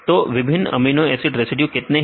तो विभिन्न amino acid residue कितने हैं